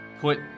put